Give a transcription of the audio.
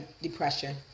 depression